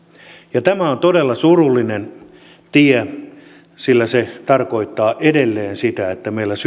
ja tämä on todella surullinen tie sillä se tarkoittaa edelleen sitä että meillä syrjäytyneiden nuorten